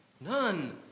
None